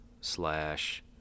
slash